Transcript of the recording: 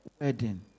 wedding